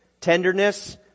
tenderness